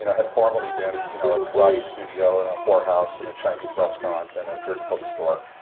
you know had formerly been you know a karate studio and a whorehouse and a chinese restaurant and a dirty bookstore.